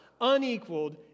unequaled